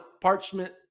Parchment